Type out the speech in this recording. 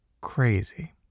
crazy